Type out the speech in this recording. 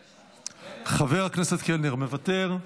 מוותר,